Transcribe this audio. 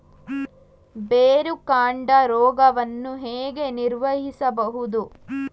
ಬೇರುಕಾಂಡ ರೋಗವನ್ನು ಹೇಗೆ ನಿರ್ವಹಿಸಬಹುದು?